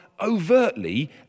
overtly